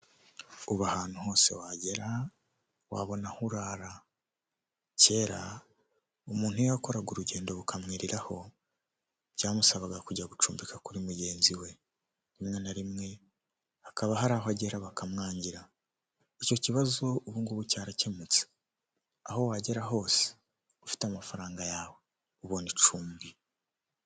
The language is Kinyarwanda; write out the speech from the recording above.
Uba ahantu hose wagera wabona aho urara, kera umuntu iyo yakoraga urugendo bukamwiriraho byamusabaga kujya gucumbika kuri mugenzi we, rimwe na rimwe hakaba hari aho agera bakamwangira, icyo kibazo ubu ngubu cyarakemutse, aho wagera hose ufite amafaranga yawe ubona icumbi.